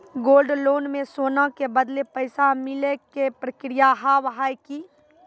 Gold loan मे सोना के बदले पैसा मिले के प्रक्रिया हाव है की?